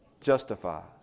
Justifies